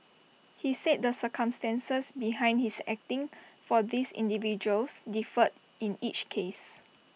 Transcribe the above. he said the circumstances behind his acting for these individuals differed in each case